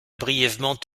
brièvement